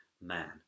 man